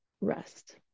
rest